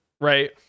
Right